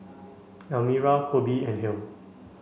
Elmira Colby and Hale